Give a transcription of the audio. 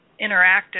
interactive